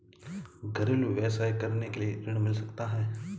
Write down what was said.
घरेलू व्यवसाय करने के लिए ऋण मिल सकता है?